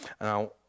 Now